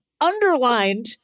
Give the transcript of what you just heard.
underlined